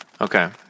Okay